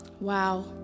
Wow